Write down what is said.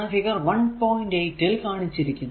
8 ൽ കാണിച്ചിരിക്കുന്നത്